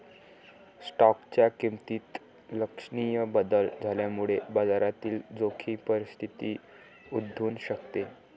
स्टॉकच्या किमतीत लक्षणीय बदल झाल्यामुळे बाजारातील जोखीम परिस्थिती उद्भवू शकते